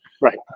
right